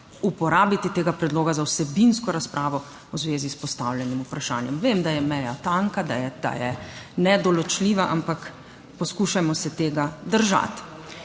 uporabiti tega predloga za vsebinsko razpravo v zvezi s postavljenim vprašanjem. Vem, da je meja tanka, da je nedoločljiva, ampak poskušajmo se tega držati.